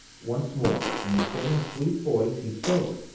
once more, in the same sweet voice, he spoke